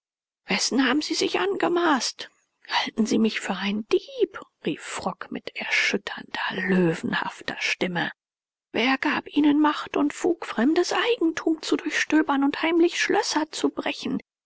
wessen haben sie sich angemaßt halten sie mich für einen dieb rief frock mit erschütternder löwenhafter stimme wer gab ihnen macht und fug fremdes eigentum zu durchstören und heimlich schlösser zu brechen